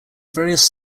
various